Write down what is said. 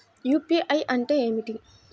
UPI అంటే ఏమిటి?